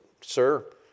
sir